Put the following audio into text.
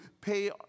pay